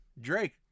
Drake